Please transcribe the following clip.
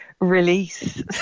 release